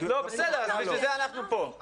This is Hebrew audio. בסדר, אז בשביל זה אנחנו פה.